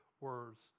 words